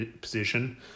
position